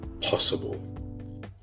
possible